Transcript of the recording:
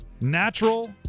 Natural